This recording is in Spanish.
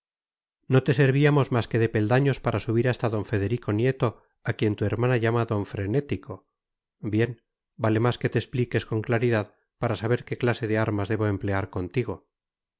no te servíamos más que de peldaños para subir hasta d federico nieto a quien tu hermana llama don frenético bien vale más que te expliques con claridad para saber qué clase de armas debo emplear contigo